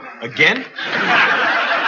Again